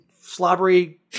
slobbery